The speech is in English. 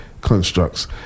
Constructs